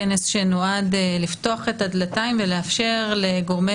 כנס שנועד לפתוח את הדלתיים ולאפשר לגורמי